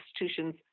institutions